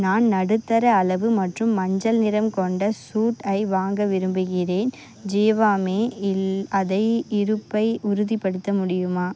நான் நடுத்தர அளவு மற்றும் மஞ்சள் நிறம் கொண்ட சூட்டை வாங்க விரும்புகிறேன் ஜிவாமேயில் அதை இருப்பை உறுதிப்படுத்த முடியுமா